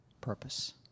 purpose